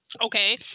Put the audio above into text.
Okay